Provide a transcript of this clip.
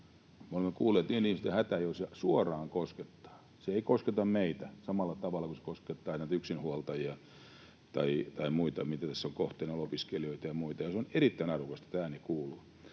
olemme kuulleet niiden ihmisten hätää, joita se suoraan koskettaa. Se ei kosketa meitä samalla tavalla kuin se koskettaa yksinhuoltajia tai muita, joita tässä on kohteena, opiskelijoita ja muita. Se on erittäin arvokasta, että ääni kuuluu.